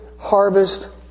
harvest